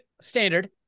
standard